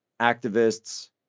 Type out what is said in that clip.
activists